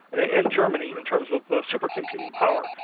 ah and germany in terms of supercomputing power.